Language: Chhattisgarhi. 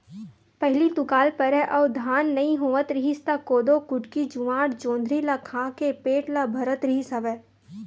पहिली दुकाल परय अउ धान नइ होवत रिहिस त कोदो, कुटकी, जुवाड़, जोंधरी ल खा के पेट ल भरत रिहिस हवय